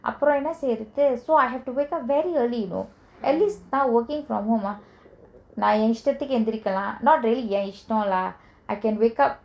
அப்ரோ என்ன செய்ரது:apro enna seirathu so I have to wake up very early know at least now work from home ah நா எ இஸ்டத்துக்கு எந்திரிகளா:na ye istathuku enthirikala not daily eh இஸ்டோ:isto lah I can wake up